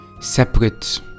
separate